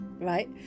right